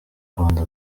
rwanda